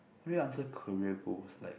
you already answer career goals like